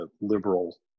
liberal